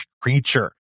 creature